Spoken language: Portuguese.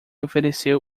ofereceu